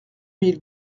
mille